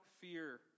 fear